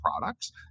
products